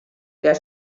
der